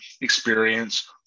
experience